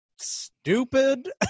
stupid